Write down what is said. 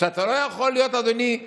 שאתה לא יכול להיות יהודי,